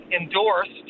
endorsed